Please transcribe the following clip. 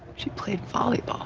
she played volleyball